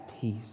peace